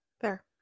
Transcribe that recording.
Fair